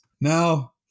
Now